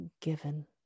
given